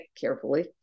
carefully